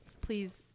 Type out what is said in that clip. please